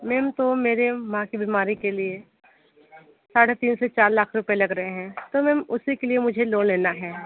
ma'am तो मेरे माँ की बीमारी के लिए साढ़े तीन से चार लाख रुपए लग रहे हैं तो मैम उसी के लिए मुझे लोन लेना है